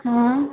हँ